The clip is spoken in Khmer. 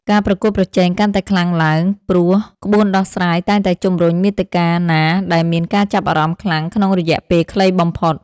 ការប្រកួតប្រជែងកាន់តែខ្លាំងឡើង ព្រោះក្បួនដោះស្រាយតែងតែជំរុញមាតិកាណាដែលមានការចាប់អារម្មណ៍ខ្លាំងក្នុងរយៈពេលខ្លីបំផុត។